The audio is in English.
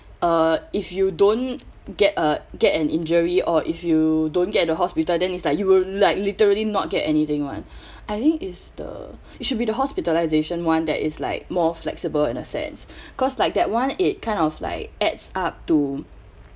uh if you don't get a get an injury or if you don't get the hospital then is like you will like literally not get anything [one] I think is the it should be the hospitalisation [one] that is like more flexible in a sense cause like that one it kind of like adds up to